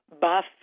buff